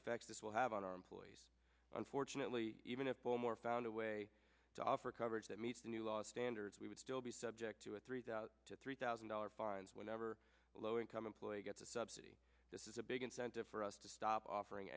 effects this will have on our employees unfortunately even if more found a way to offer coverage that meets the new law standards we would still be subject to a three thousand to three thousand dollar fines whenever a low income employee gets a subsidy this is a big incentive for us to stop offering